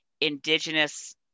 indigenous